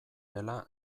dela